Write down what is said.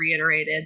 reiterated